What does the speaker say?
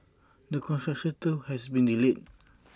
that construction too has been delayed